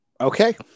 Okay